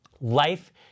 Life